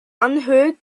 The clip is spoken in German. anhöhe